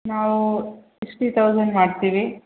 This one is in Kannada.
ನಾವು ಸಿಕ್ಸ್ಟಿ ತೌಸಂಡ್ ಮಾಡ್ತೀವಿ